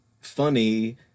funny